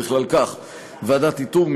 ובכלל זה ועדת איתור,